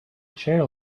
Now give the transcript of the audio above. chair